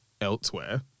elsewhere